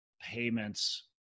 payments